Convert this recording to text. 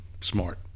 smart